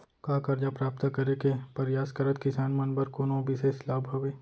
का करजा प्राप्त करे के परयास करत किसान मन बर कोनो बिशेष लाभ हवे?